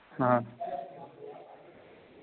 हाँ